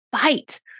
fight